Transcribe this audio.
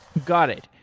got it.